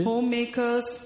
Homemakers